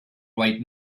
right